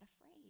afraid